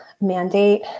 mandate